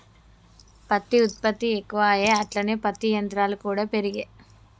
పత్తి ఉత్పత్తి ఎక్కువాయె అట్లనే పత్తి యంత్రాలు కూడా పెరిగే